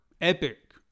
Epic